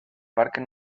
parque